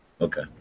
Okay